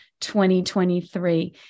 2023